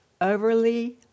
overly